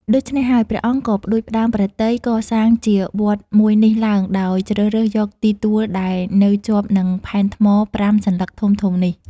ដូច្នេះហើយ ព្រះអង្គក៏ផ្តួចផ្តើមព្រះទ័យកសាងជាវត្តមួយនេះឡើងដោយជ្រើសរើសយកទីទួលដែលនៅជាប់នឹងផែនថ្ម ៥ សន្លឹកធំៗនេះ។